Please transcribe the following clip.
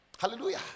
Hallelujah